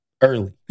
Early